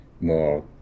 more